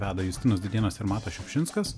veda justinas dudėnas ir matas šiupšinskas